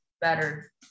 better